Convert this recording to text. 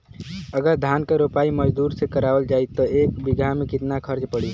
अगर धान क रोपाई मजदूर से करावल जाई त एक बिघा में कितना खर्च पड़ी?